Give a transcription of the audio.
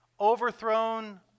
Overthrown